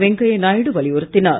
வெங்கையா நாயுடு வலியுறுத்தினார்